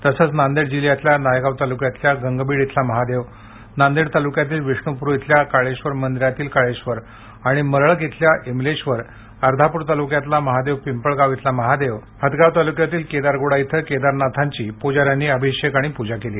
तसेच नांदेड जिल्ह्यातल्या नायगाव तालुक्यातील गंगबीड इथला महादेव नांदेड तालुक्यातील विष्णुपूरी इथल्या काळेश्वळ मंदीरात काळेश्वर आणि मरळक इथल्या ईमलेश्वर अर्धापूर तालुक्यातील महादेव पिंपळगाव इथला महादेव हदगाव तालुक्यातील केदारगुडा इथे केदारनाथांची पुजाऱ्यांनी अभिषेक पूजा केली